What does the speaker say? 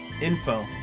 info